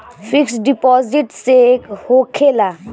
Fix deposit से का होखे ला?